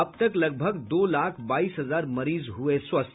अब तक लगभग दो लाख बाईस हजार मरीज हुए स्वस्थ